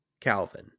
Calvin